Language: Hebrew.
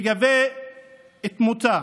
לגבי תמותה,